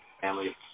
family